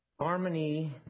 Harmony